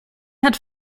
hat